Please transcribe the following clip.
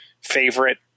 favorite